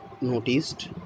noticed